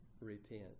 repent